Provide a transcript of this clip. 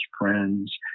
friends